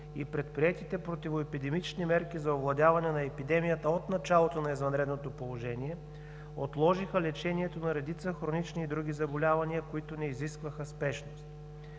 и предприетите противоепидемични мерки за овладяване на епидемията от началото на извънредното положение отложиха лечението на редица хронични и други заболявания, които не изискваха спешност.